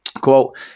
Quote